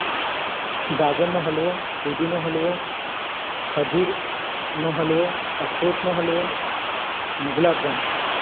ગાજરનો હલવો દૂધીનો હલવો ખજૂરનો હલવો અખરોટનો હલવો અને ગુલાબ જાંબુ